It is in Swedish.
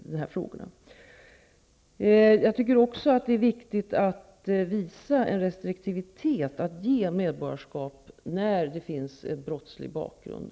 Det är viktigt att visa restriktivitet när det gäller att ge medborgarskap till en person som har en brottslig bakgrund.